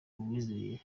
uwizeye